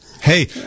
Hey